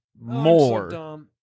more